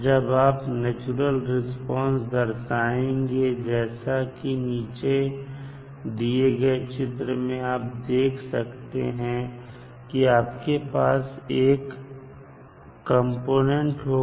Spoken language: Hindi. जब आप नेचुरल रिस्पांस दर्शाएंगे जैसा कि नीचे दिए गए चित्र में आप देख सकते हैं कि आपके पास एक कंपोनेंट होगा